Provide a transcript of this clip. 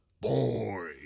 boy